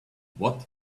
what